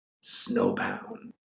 snowbound